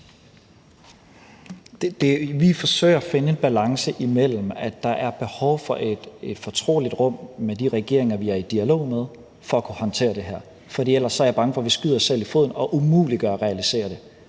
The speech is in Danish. Vi forsøger at finde en balance imellem to hensyn. Der er behov for et fortroligt rum med de regeringer, vi er i dialog med, for at kunne håndtere det her, for ellers er jeg bange for, at vi skyder os selv i foden og umuliggør at realisere det.